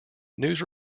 news